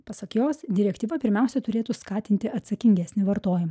pasak jos direktyva pirmiausia turėtų skatinti atsakingesnį vartojimą